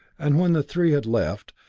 and when the three had left,